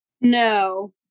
No